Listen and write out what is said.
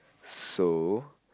so